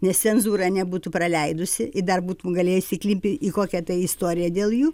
nes cenzūra nebūtų praleidusi i dar būtum galėjęs įklimpti į kokią tai istoriją dėl jų